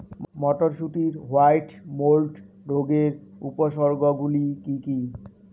মটরশুটির white mould রোগের উপসর্গগুলি কী কী?